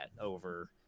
over